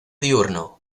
diurno